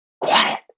quiet